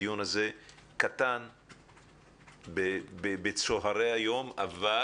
הדיון הזה קטן בצהרי היום אבל